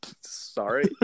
Sorry